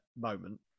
moment